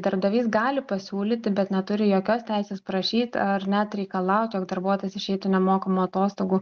darbdavys gali pasiūlyti bet neturi jokios teisės prašyt ar net reikalaut jog darbuotojas išeitų nemokamų atostogų